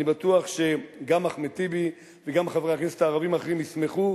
אני בטוח שגם אחמד טיבי וגם חברי הכנסת הערבים האחרים ישמחו,